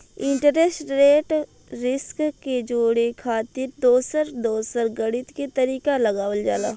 interest rate risk के जोड़े खातिर दोसर दोसर गणित के तरीका लगावल जाला